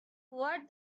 what